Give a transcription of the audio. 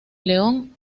león